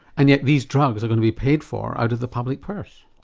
and yet these drugs are going to be paid for out of the public purse.